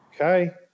Okay